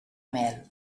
mel